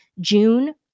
June